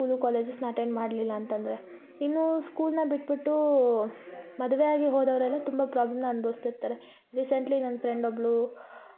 school ಕಾಲೇಜಸ್ನ attend ಮಾಡಲಿಲ್ಲ ಅಂತಂದರೆ ಇನ್ನೂ ಸ್ಕೂಲ್ನ ಬಿಟ್ಬಿಟ್ಟೂ ಮದುವೆ ಆಗಿ ಹೋದವರೆಲ್ಲ ತುಂಬ ಪ್ರಾಬ್ಲಮ್ನ ಅನ್ಭೌಸ್ತಿರ್ತಾರೆ ರೀಸೆಂಟ್ಲಿ ನನ್ನ ಫ್ರೆಂಡ್ ಒಬ್ಬಳು